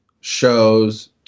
shows